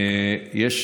יש,